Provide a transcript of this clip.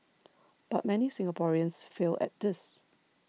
but many Singaporeans fail at this